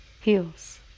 heals